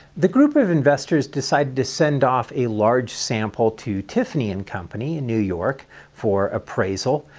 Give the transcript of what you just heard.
the group of investors decided to send off a large sample to tiffany and company in new york for appraisal,